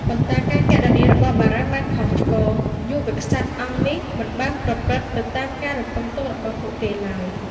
ប៉ុន្តែការគណនារបស់បារាំងបានខុសឆ្គង យុវក្សត្រអង្គនេះមិនបានប្រព្រឹត្តទៅតាមការរំពឹងទុករបស់ពួកគេឡើយ។